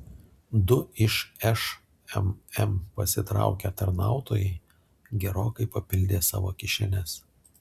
du iš šmm pasitraukę tarnautojai gerokai papildė savo kišenes